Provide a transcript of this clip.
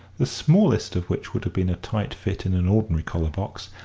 the smallest of which would have been a tight fit in an ordinary collar-box,